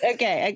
Okay